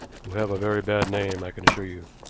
who have a very bad name, i can assure you.